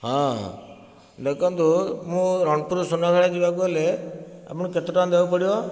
ହଁ ଦେଖନ୍ତୁ ମୁଁ ରଣପୁରରୁ ସୁନାବେଡ଼ା ଯିବାକୁ ହେଲେ ଆପଣଙ୍କୁ କେତେ ଟଙ୍କା ଦେବାକୁ ପଡ଼ିବ